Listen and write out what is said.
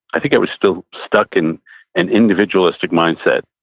i think i was still stuck in an individualistic mindset.